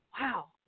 wow